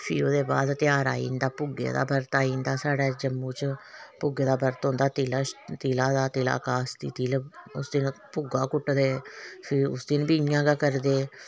फ्ही ओह्दे बाद ध्यार आई जंदा भुग्गे दा बरत आई जंदा साढ़े जम्मू च भुग्गे दा बरत होंदा तिला तिला दा तिला कास्ती उस दिन भुग्गा कुट्टदे फ्ही उस दिन बी इ'यां गै करदे